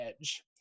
edge